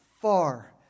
far